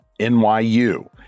NYU